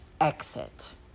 exit